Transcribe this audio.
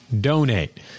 donate